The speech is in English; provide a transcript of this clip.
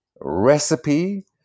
recipe